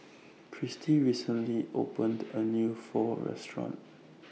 Christy recently opened A New Pho Restaurant